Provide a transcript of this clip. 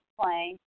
playing